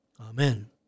Amen